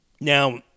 Now